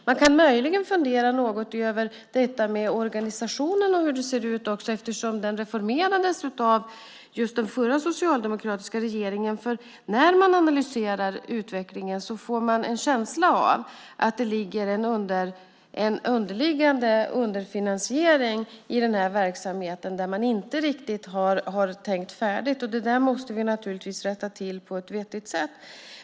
Man kan möjligen också fundera något över organisationen och hur den ser ut, eftersom den reformerades just av den förra socialdemokratiska regeringen. När man analyserar utvecklingen får man nämligen en känsla av att det ligger en underliggande underfinansiering i den här verksamheten där man inte riktigt har tänkt färdigt. Det måste vi naturligtvis rätta till på ett vettigt sätt.